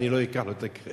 ואני לא אקח לו את הקרדיט.